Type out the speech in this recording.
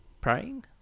praying